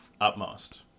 Upmost